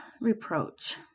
reproach